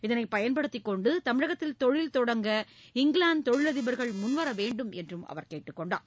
இதனைப் பயன்படுத்திக் கொண்டு தமிழகத்தில் தொழில் தொடங்க இங்கிலாந்து தொழிலதிபர்கள் முன்வர வேண்டும் என்று அவர் கேட்டுக் கொண்டார்